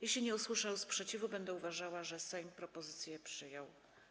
Jeśli nie usłyszę sprzeciwu, będę uważała, że Sejm propozycję przyjął.